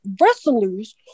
wrestlers